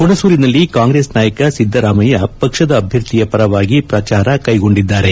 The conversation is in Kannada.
ಹುಣಸೂರಿನಲ್ಲಿ ಕಾಂಗ್ರೆಸ್ ನಾಯಕ ಸಿದ್ದರಾಮಯ್ಯ ಪಕ್ಷದ ಅಭ್ಯರ್ಥಿಯ ಪರವಾಗಿ ಪ್ರಚಾರ ಕೈಗೊಂಡಿದ್ದಾರೆ